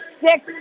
six